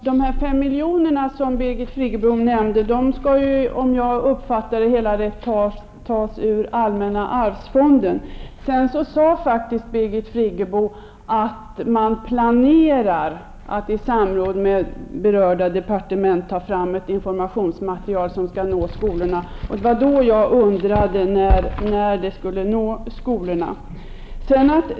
Herr talman! De fem miljonerna som Birgit Friggebo nämnde skall, om jag uppfattade det hela rätt, tas ur allmänna arvsfonden. Vidare sade Birgit Friggebo faktiskt att man planerar att i samråd med berörda departement ta fram ett informationsmaterial som skall nå skolorna. Det var därför jag frågade när detta material skall nå skolorna.